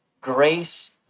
grace